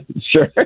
Sure